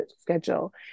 schedule